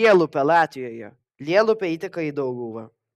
lielupę latvijoje lielupė įteka į dauguvą